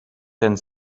ten